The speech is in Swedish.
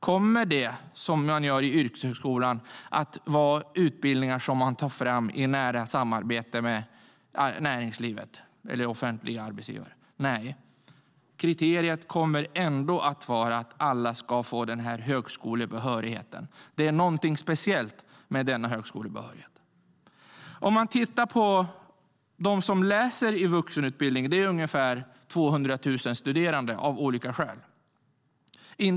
Kommer det, som i yrkeshögskolan, att vara utbildningar som tas fram i nära samarbete med näringslivet eller offentliga arbetsgivare? Nej, kriteriet kommer ändå att vara att alla ska få högskolebehörighet. Det är något speciellt med denna högskolebehörighet. Det är ungefär 200 000 studerande som av olika skäl läser i vuxenutbildning.